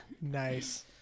Nice